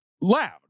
Loud